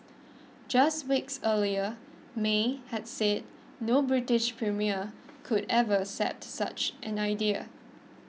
just weeks earlier May had said no British premier could ever accept such an idea